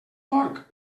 porc